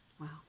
Wow